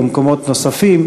במקומות נוספים,